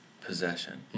possession